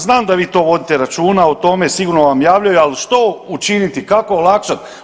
Znam da vi to vodite računa o tome sigurno vam javljaju, ali što učiniti, kako olakšat?